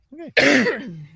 Okay